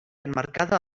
emmarcada